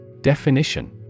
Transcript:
Definition